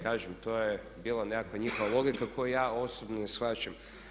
Kažem, to je bila nekakva njihova logika koju ja osobno ne shvaćam.